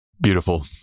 Beautiful